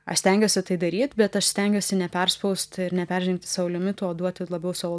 aš stengiuosi tai daryt bet aš stengiuosi neperspaust ir neperžengti savo limitų o duoti labiau savo